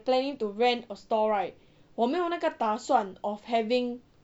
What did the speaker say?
planning to rent a stall right 我没有那个打算 of having